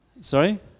Sorry